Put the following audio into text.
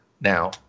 now